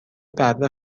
بره